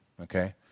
Okay